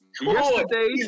yesterday